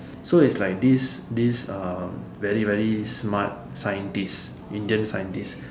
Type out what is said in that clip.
so it's like this this um very very smart scientist Indian scientist